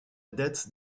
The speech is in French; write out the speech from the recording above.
dette